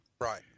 Right